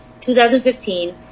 2015